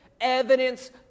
evidence